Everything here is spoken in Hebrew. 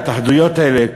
ההתאחדויות האלה,